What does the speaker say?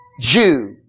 Jew